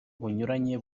bunyuranye